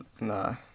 Nah